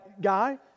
guy